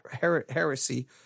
heresy